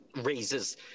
raises